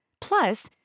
Plus